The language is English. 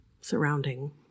surrounding